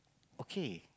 okay